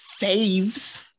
faves